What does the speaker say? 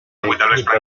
look